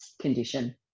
condition